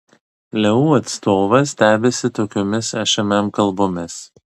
leu atstovas stebisi tokiomis šmm kalbomis